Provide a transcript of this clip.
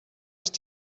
ist